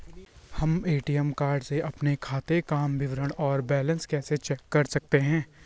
हम ATM card से अपने खाते काम विवरण और बैलेंस कैसे चेक कर सकते हैं?